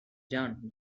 john